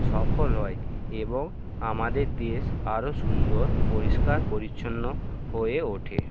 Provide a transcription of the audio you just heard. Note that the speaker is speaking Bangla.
সফল হয় এবং আমাদের দেশ আরও সুন্দর পরিষ্কার পরিচ্ছন্ন হয়ে ওঠে